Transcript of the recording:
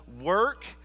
work